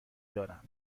دارم